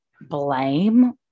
blame